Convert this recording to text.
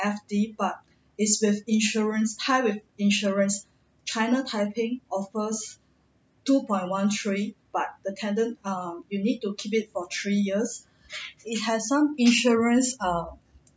F_D but is with insurance tied with insurance china taiping offers two point one three but the tenure err you need to keep it for three years it has some insurance err